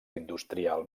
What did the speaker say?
industrial